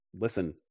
listen